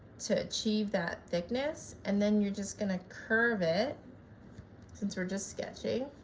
to achieve that thickness and then you're just going to curve it since we're just sketching